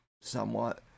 somewhat